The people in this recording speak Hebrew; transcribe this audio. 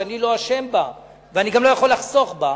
שאני לא אשם בה ואני גם לא יכול לחסוך בה,